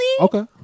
Okay